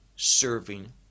serving